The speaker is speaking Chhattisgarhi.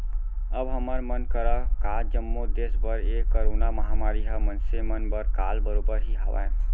अब हमर मन करा का जम्मो देस बर ए करोना महामारी ह मनसे मन बर काल बरोबर ही हावय